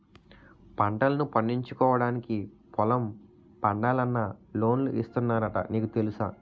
పంటల్ను పండించుకోవడానికి పొలం పండాలన్నా లోన్లు ఇస్తున్నారట నీకు తెలుసా?